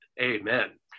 Amen